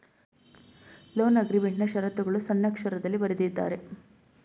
loan ಅಗ್ರೀಮೆಂಟ್ನಾ ಶರತ್ತುಗಳು ಸಣ್ಣಕ್ಷರದಲ್ಲಿ ಬರೆದಿದ್ದಾರೆ